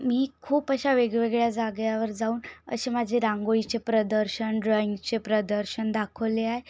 मी खूप अशा वेगवेगळ्या जाग्यावर जाऊन असे माझे रांगोळीचे प्रदर्शन ड्रॉइंगचे प्रदर्शन दाखोव्ले आहे